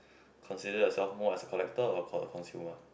consider yourself more as a collector or consumer